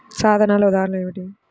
సాధనాల ఉదాహరణలు ఏమిటీ?